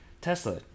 tesla